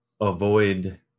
avoid